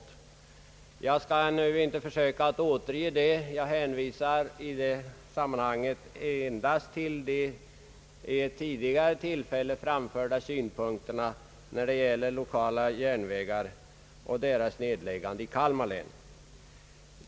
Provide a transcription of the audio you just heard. Jag skall nu inte försöka återge det. Jag hänvisar i det sammanhanget endast till de vid tidigare tillfälle framförda synpunkterna när det gäller nedläggning av lokala järnvägar i Kalmar län.